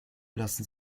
lassen